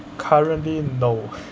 currently no